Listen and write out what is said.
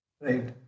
Right